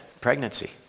pregnancy